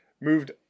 moved